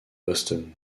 boston